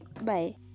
bye